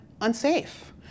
unsafe